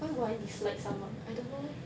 why would I dislike someone I don't know eh